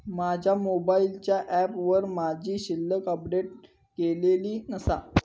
माझ्या मोबाईलच्या ऍपवर माझी शिल्लक अपडेट केलेली नसा